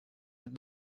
that